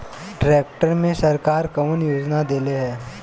Tractor मे सरकार कवन योजना देले हैं?